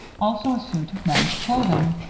also a suit of men's clothing.